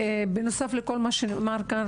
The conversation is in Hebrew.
בנוסף לכל מה שנאמר כאן,